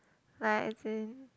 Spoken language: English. like as in